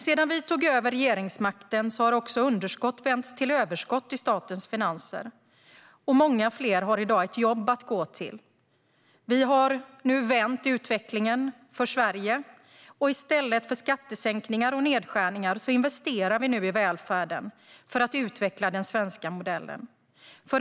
Sedan vi tog över regeringsmakten har underskott vänts till överskott i statens finanser, och många fler har i dag ett jobb att gå till. Vi har nu vänt utvecklingen för Sverige, och i stället för skattesänkningar och nedskärningar investerar vi i välfärden för att utveckla den svenska modellen.